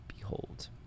behold